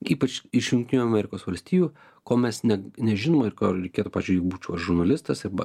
ypač iš jungtinių amerikos valstijų ko mes net nežinome ir ko reikėtų pavyzdžiui būčiau aš žurnalistas ir ba